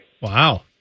Wow